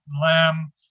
Lamb